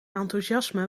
enthousiasme